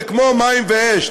זה כמו מים ואש.